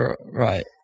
right